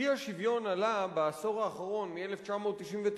אי-השוויון עלה בעשור האחרון, מ-1999,